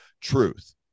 truth